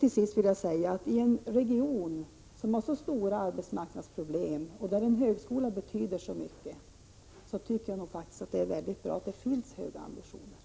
Till sist vill jag säga att det är bra att det i en region, där man har så stora arbetsmarknadsproblem och där en högskola betyder så mycket, finns höga ambitioner.